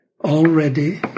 already